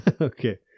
Okay